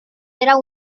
era